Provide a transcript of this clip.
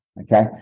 okay